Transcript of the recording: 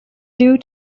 due